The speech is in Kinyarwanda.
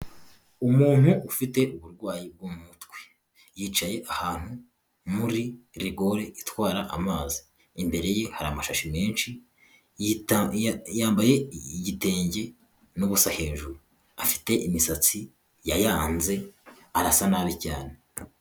Umuntu ufite uburwayi bwo mu mutwe yicaye ahantu muri rigore, itwara amazi imbere ye hari amashashi menshi yambaye igitenge n'ubusa hejuru, afite imisatsi yayanze arasa nabi cyane.